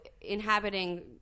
inhabiting